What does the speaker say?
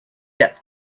depth